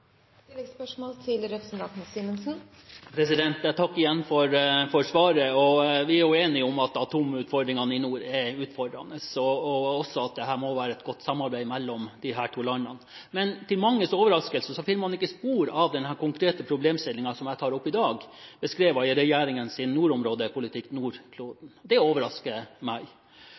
Jeg takker igjen for svaret. Vi er enige om at atomutfordringene i nord er utfordrende, og at det må være et godt samarbeid mellom de to landene. Til manges overraskelse finner man ikke spor av den konkrete problemstillingen som jeg tar opp i dag, i regjeringens rapport om nordområdepolitikk, Nordkloden. Det overrasker meg.